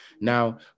Now